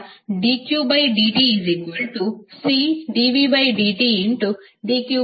dqdt ಎಂದರೇನು ಅದು current i yeah